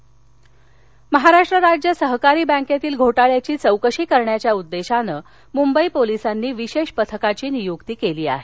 विशेष तपास पथक महाराष्ट्र राज्य सहकारी बँकेतील घोटाळ्याची चौकशी करण्याच्या उद्देशानं मुंबई पोलीसांनी विशेष पथकाची नियुक्ती केली आहे